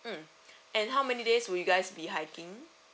mm and how many days will you guys be hiking